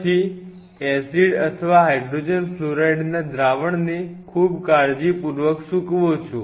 પછી એસિડ અથવા હાઇડ્રોજન ફ્લોરાઇડના દ્રાવણને ખૂબ કાળજીપૂર્વક સૂક વો છો